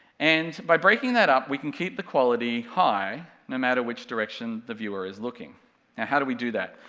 and, by breaking that up we can keep the quality high, no matter which direction the viewer is looking. now how do we do that?